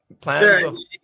plans